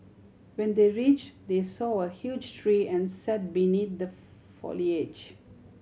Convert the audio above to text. when they reach they saw a huge tree and sat beneath the foliage